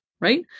right